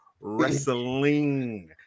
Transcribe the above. wrestling